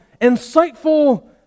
insightful